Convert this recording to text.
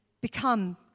become